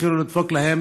התחילו לדפוק להם,